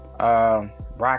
Rock